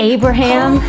Abraham